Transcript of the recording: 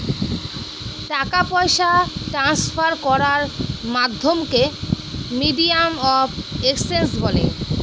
টাকা পয়সা ট্রান্সফার করার মাধ্যমকে মিডিয়াম অফ এক্সচেঞ্জ বলে